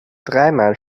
dreimal